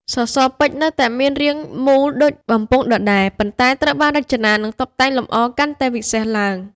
សសរពេជ្រនៅតែមានរាងមូលដូចបំពង់ដដែល ប៉ុន្តែត្រូវបានរចនា និងតុបតែងលម្អកាន់តែវិសេសឡើង។